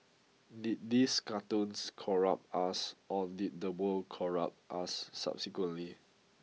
did these cartoons corrupt us or did the world corrupt us subsequently